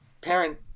parent